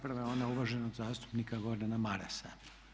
Prva je ona uvaženog zastupnika Gordana Marasa.